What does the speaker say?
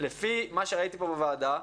לפי מה שראיתי פה בוועדה,